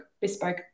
bespoke